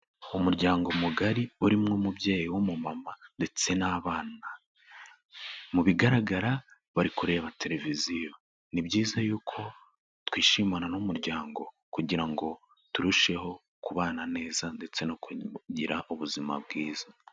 Umuryango mugari urimo umubyeyi w'umumama ndetse n'abana, mu bigaragara bari kureba televiziyo, ni byiza yuko twishimana n'umuryango kugira ngo turusheho kubana neza ndetse no kugira ubuzima bwiza.